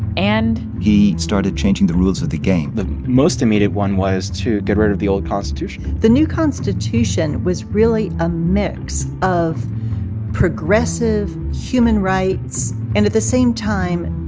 and. he started changing the rules of the game the most immediate one was to get rid of the old constitution the new constitution was really a mix of progressive human rights and, at the same time,